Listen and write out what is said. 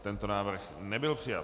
Tento návrh nebyl přijat.